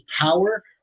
power